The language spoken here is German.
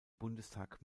bundestag